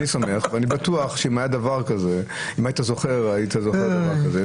ואני בטוח שאם היה דבר כזה היית זוכר את זה.